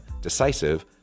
decisive